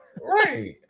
Right